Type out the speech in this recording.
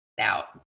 out